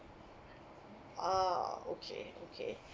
ah okay okay